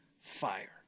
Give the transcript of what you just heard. fire